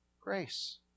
grace